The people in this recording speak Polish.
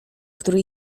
który